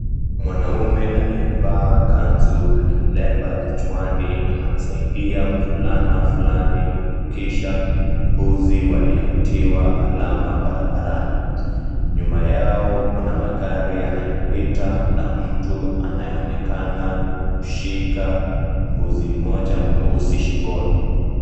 Mwanaume aliyevaa kanzu na kilemba kichwani anamsaidia mvulani fulani kuvukisha mbuzi waliotiwa alama barabarani, nyuma yao kuna magari yanayopita na mtu anayeonekana kushika mbuzi mmoja mweusi shingoni.